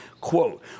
quote